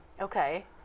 Okay